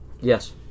Yes